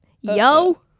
yo